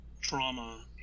trauma